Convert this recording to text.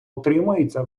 утримуються